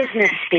business